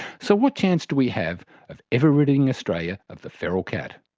so what chance do we have of ever ridding australia of the feral cat?